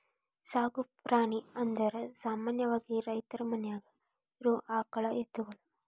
ಸಾಕು ಪ್ರಾಣಿ ಅಂದರ ಸಾಮಾನ್ಯವಾಗಿ ರೈತರ ಮನ್ಯಾಗ ಇರು ಆಕಳ ಎತ್ತುಗಳು